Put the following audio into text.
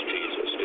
Jesus